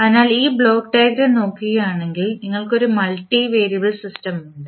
അതിനാൽ ഈ block diagram നോക്കുകയാണെങ്കിൽ നിങ്ങൾക്ക് ഒരു മൾട്ടിവേരിയബിൾ സിസ്റ്റം ഉണ്ട്